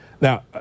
Now